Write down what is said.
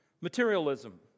Materialism